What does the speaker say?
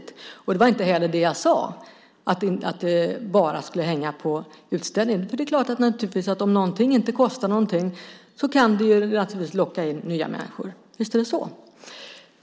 Det jag sade var inte heller att det bara skulle hänga på utställningarna. Om någonting inte kostar någonting kan det naturligtvis locka in nya människor. Visst är det så!